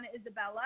Isabella